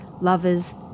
lovers